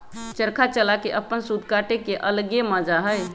चरखा चला के अपन सूत काटे के अलगे मजा हई